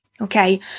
okay